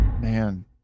Man